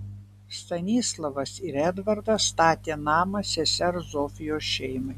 stanislavas ir edvardas statė namą sesers zofijos šeimai